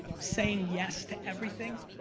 saying yes to everything.